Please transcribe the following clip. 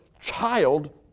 child